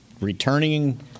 returning